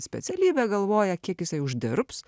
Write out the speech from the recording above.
specialybę galvoja kiek jisai uždirbs